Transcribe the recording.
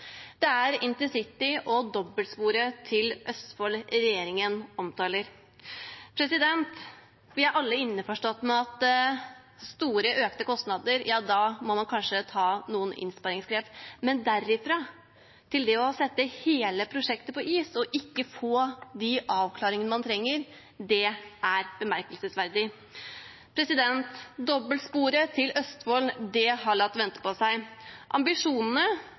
Det er intercity og dobbeltsporet til Østfold regjeringen omtaler. Vi er alle innforstått med at med store økte kostnader må man kanskje ta noen innsparingsgrep. Men derfra til å legge hele prosjektet på is og ikke få de avklaringene man trenger, det er bemerkelsesverdig. Dobbeltsporet til Østfold har latt vente på seg. Ambisjonene